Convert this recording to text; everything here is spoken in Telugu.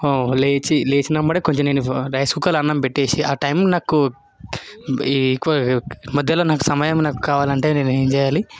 లేచి లేచిన ఎమ్మటే కొంచెం నేను రైస్ కుక్కర్లో అన్నం పెట్టేసి ఆ టైం నాకు ఈ మధ్యలో నాకు సమయం నాకు కావాలంటే నేను ఏం చేయాలి